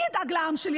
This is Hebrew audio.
אני אדאג לעם שלי,